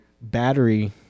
battery